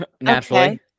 Naturally